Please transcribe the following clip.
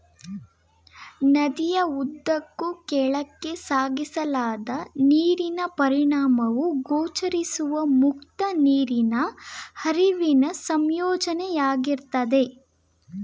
ನದಿಯ ಉದ್ದಕ್ಕೂ ಕೆಳಕ್ಕೆ ಸಾಗಿಸಲಾದ ನೀರಿನ ಪರಿಮಾಣವು ಗೋಚರಿಸುವ ಮುಕ್ತ ನೀರಿನ ಹರಿವಿನ ಸಂಯೋಜನೆಯಾಗಿರ್ತದೆ